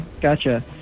gotcha